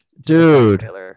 dude